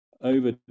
over